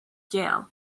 jail